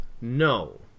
No